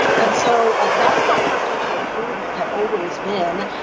and so like that's how presidential approval had always been.